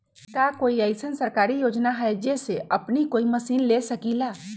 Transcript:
का कोई अइसन सरकारी योजना है जै से हमनी कोई मशीन ले सकीं ला?